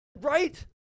Right